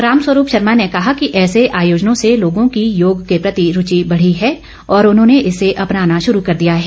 राम स्वरूप शर्मा ने कहा कि ऐसे आयोजनों से लोगों की योग के प्रति रूचि बढ़ी है और उन्होंने इसे अपनाना शुरू कर दिया है